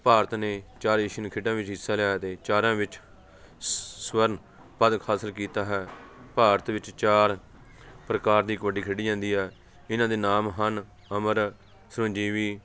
ਭਾਰਤ ਨੇ ਚਾਰ ਏਸ਼ੀਅਨ ਖੇਡਾਂ ਵਿੱਚ ਹਿੱਸਾ ਲਿਆ ਅਤੇ ਚਾਰਾਂ ਵਿੱਚ ਸਵਰਨ ਪਦਕ ਹਾਸਲ ਕੀਤਾ ਹੈ ਭਾਰਤ ਵਿੱਚ ਚਾਰ ਪ੍ਰਕਾਰ ਦੀ ਕਬੱਡੀ ਖੇਡੀ ਜਾਂਦੀ ਆ ਇਹਨਾਂ ਦੇ ਨਾਮ ਹਨ ਅਮਰ ਸੁਰਾਂਜੀਵੀ